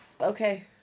Okay